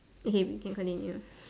okay we can continue